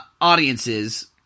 audiences